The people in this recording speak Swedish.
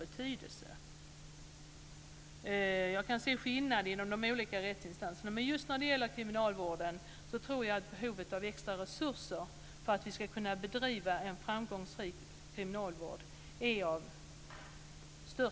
Jag kan se att det finns skillnader inom rättsväsendet, men just när det gäller kriminalvården är det av största vikt med extra resurser för att man ska kunna bedriva en framgångsrik vård.